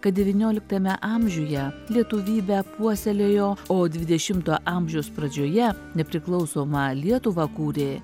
kad devynioliktame amžiuje lietuvybę puoselėjo o dvidešimto amžiaus pradžioje nepriklausomą lietuvą kūrė